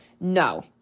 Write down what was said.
No